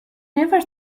never